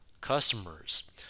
customers